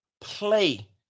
play